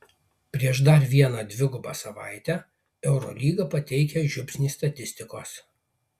prieš dar vieną dvigubą savaitę eurolyga pateikia žiupsnį statistikos